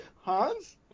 Hans